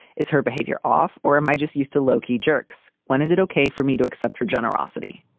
is her behavior off or am i just used to lokey jerks? when is it okay for me to accept her generosity?